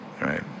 right